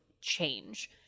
change